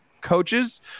coaches